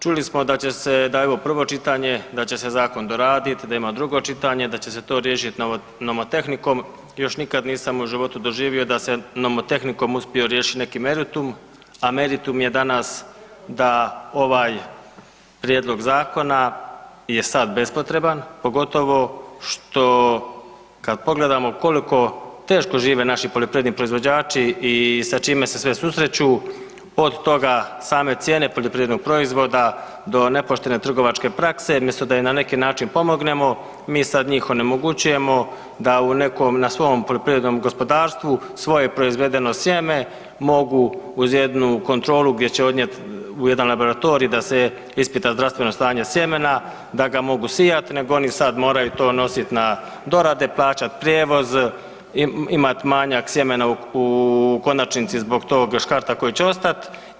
Čuli smo da će se, da je ovo prvo čitanje, da će se zakon doradit, da ima drugo čitanje, da će se to riješit nomotehnikom, još nikad nisam u životu doživio da se nomotehnikom uspio riješit neki meritum, a meritum je danas da ovaj prijedlog zakona je sad bespotreban, pogotovo što kad pogledamo koliko teško žive naši poljoprivredni proizvođači i sa čime se sve susreću, od toga same cijene poljoprivrednog proizvoda do nepoštene trgovačke prakse umjesto da im na neki način pomognemo mi sad njih onemogućujemo da u nekom, na svom poljoprivrednom gospodarstvu svoje proizvedeno sjeme mogu uz jednu kontrolu gdje će odnijet u jedan laboratorij da se ispita zdravstveno stanje sjemena da ga mogu sijat nego oni sad moraju to nosit na dorade, plaćat prijevoz, imat manjak sjemena u konačnici zbog tog škarta koji će ostat.